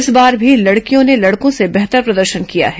इस बार भी लड़कियों ने लड़कों से बेहतर प्रदर्शन किया है